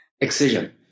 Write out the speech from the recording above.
excision